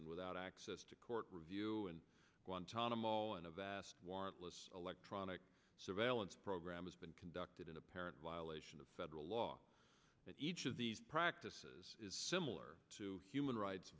and without access to court review and guantanamo and a vast warrantless electronic surveillance program has been conducted in apparent violation of federal law each of these practices similar to human rights